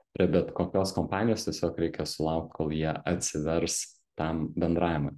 prie bet kokios kompanijos tiesiog reikia sulaukt kol jie atsivers tam bendravimui